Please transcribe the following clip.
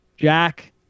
Jack